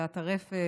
והטרפת,